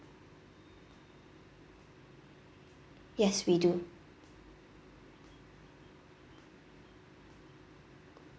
yes we do